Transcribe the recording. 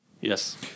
Yes